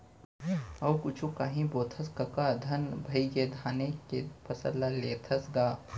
अउ कुछु कांही बोथस कका धन भइगे धाने के फसल लेथस गा?